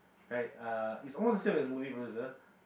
right uh it's almost the same as movie producer